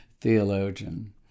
theologian